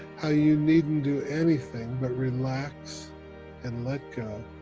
how you needn't do anything but relax and let go